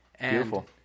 Beautiful